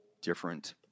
different